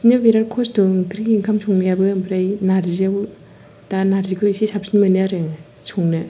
बिदिनो बिराद खस्थ' ओंख्रि ओंखाम संनायाबो ओमफ्राय नारजिजों दा नारजिखौ इसे साबसिन मोनो आरो संनो